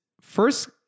first